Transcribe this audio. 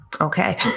Okay